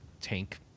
tank